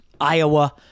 Iowa